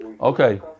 Okay